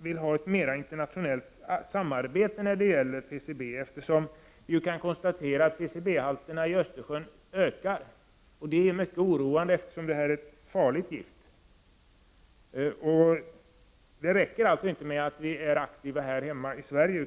vill ha ett mer internationellt samarbete när det gäller PCB. Vi kan konstatera att PCB-halterna i Östersjön ökar. Det är mycket oroande, eftersom detta är ett farligt gift. Det räcker alltså inte med att vi är aktiva här hemma i Sverige.